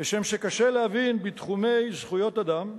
כשם שקשה להבין בתחומי זכויות אדם,